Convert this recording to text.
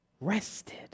rested